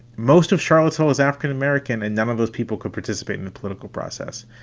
most of charlotte's hall is african-american and none of those people could participate in the political process.